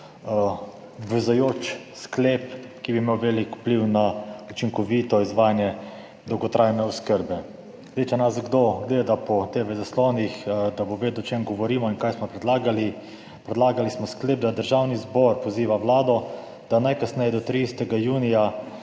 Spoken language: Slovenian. obvezujoč sklep, ki bi imel velik vpliv na učinkovito izvajanje dolgotrajne oskrbe. Zdaj, če nas kdo gleda po TV zaslonih, da bo vedel o čem govorimo in kaj smo predlagali. Predlagali smo sklep, da Državni zbor poziva Vlado, da najkasneje do 30. junija